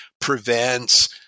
prevents